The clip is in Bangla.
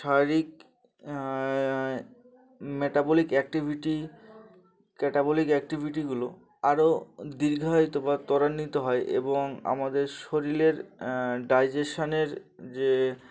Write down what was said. শারীরিক ম্যাটাবলিক অ্যাক্টিভিটি ক্যাটাবলিক অ্যাক্টিভিটিগুলো আরও দীর্ঘায়িত বা ত্বরান্বিত হয় এবং আমাদের শরীরের ডাইজেশান যে